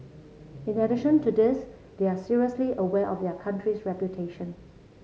in addition to this they are seriously aware of their country's reputation